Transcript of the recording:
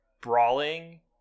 brawling